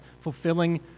fulfilling